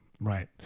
Right